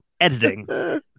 editing